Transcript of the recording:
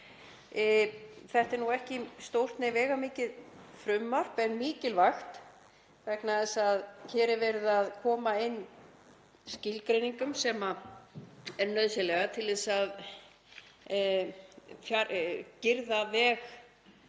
Þetta er hvorki stórt né veigamikið frumvarp, en mikilvægt vegna þess að hér er verið að koma inn skilgreiningum sem eru nauðsynlegar til að greiða veg